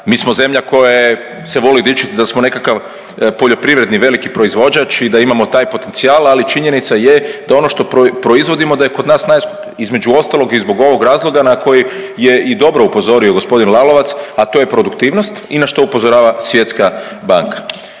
Mi smo zemlja koja je se voli dičiti da smo nekakav poljoprivredni veliki proizvođač i da imamo taj potencijal, ali činjenica je da ono što proizvodimo da je kod nas najskuplje, između ostalog i ovog razloga na koji je i dobro upozorio g. Lalovac, a to je produktivnost i na što upozorava Svjetska banka.